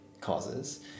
causes